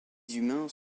humains